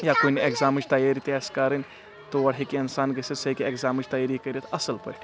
یا کُنہِ اٮ۪گزامچ تیٲری تہِ آسہِ کرٕنۍ تور ہیکہِ انسان گژھتھ سُہ ہیکہِ اٮ۪گزامچ تیٲری کرتھ اصل پاٹھی